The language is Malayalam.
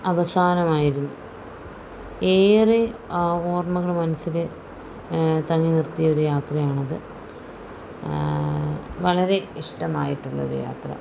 അവസാനമായിരുന്നു ഏറെ ആ ഓർമ്മകൾ മനസ്സിൽ തങ്ങി നിർത്തിയൊരു യാത്രയാണത് വളരെ ഇഷ്ടമായിട്ടുള്ളൊരു യാത്ര